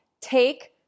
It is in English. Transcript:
take